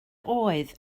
oedd